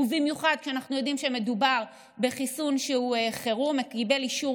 במיוחד כשאנחנו יודעים שמדובר בחיסון שקיבל אישור